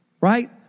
right